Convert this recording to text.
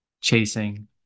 chasing